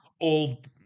old